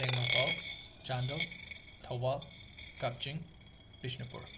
Tengnoupal Chandel Thoubal Kakching Bishnupur